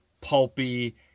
pulpy